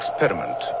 experiment